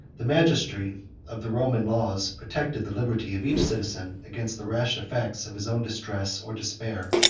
the majesty of the roman laws protected the liberty of each citizen, against the rash effects of his own distress or despair.